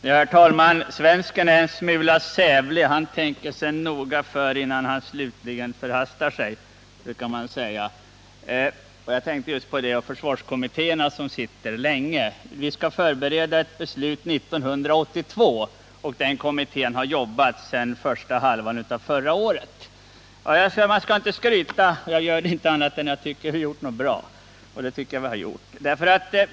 Herr talman! Svensken är en smula sävlig — han tänker sig noga för innan han slutligen förhastar sig, brukar man säga. Jag tänkte just på det och på försvarskommittéerna, som sitter länge. Den kommitté som skall förbereda försvarsbeslutet 1982 har jobbat sedan första halvan av förra året. Man skall inte skryta. Och jag gör det inte annat än om jag tycker att vi har gjort något bra, och det tycker jag att vi har gjort.